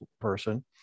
person